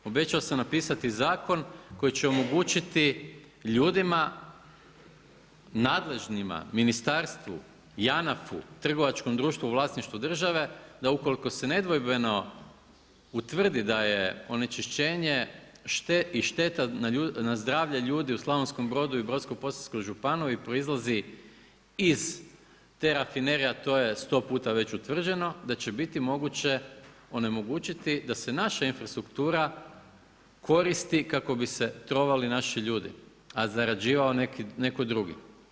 Obećao sam napisati zakon koji će omogućiti ljudima nadležnima, ministarstvu, JANAF-u, trgovačkom društvu u vlasništvu države da ukoliko se nedvojbeno utvrdi da je onečišćenje i šteta na zdravlje ljudi u Slavonskom Brodu i Brodsko-posavskoj županiji proizlazi iz te rafinerije, a to je sto puta već utvrđeno da će biti moguće onemogućiti da se naša infrastruktura koristi kako bi se trovali naši ljudi, a zarađivao netko drugi.